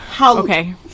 Okay